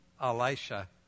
Elisha